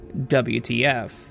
WTF